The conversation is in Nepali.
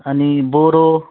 अनि बोडो